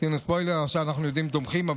עשינו ספוילר, עכשיו אנחנו יודעים, תומכים.